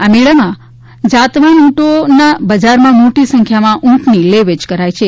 આ મેળામાં જાત વાત ઉંટોના બજારમાં મોટી સંખ્યામાં ઉંટની લે વેચ કરાય છે